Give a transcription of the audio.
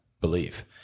believe